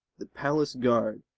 the palace' guard,